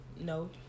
No